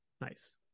nice